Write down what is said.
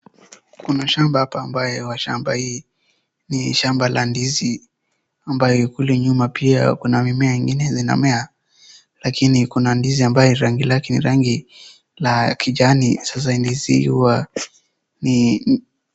Kuna shamba hapa ambaye kwa shamba hii ni shamba la ndizi ambaye kule nyuma pia kuna mimea ingine zinamemea lakini kuna ndizi ambaye rangi lake ni rangi la kijani. Sasa ndizi hii huwa ni.